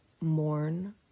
mourn